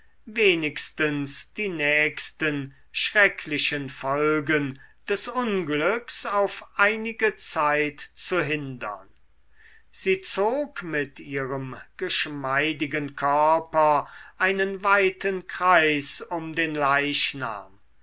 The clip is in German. wenigstens die nächsten schrecklichen folgen des unglücks auf einige zeit zu hindern sie zog mit ihrem geschmeidigen körper einen weiten kreis um den leichnam